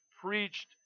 preached